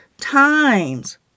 times